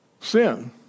sin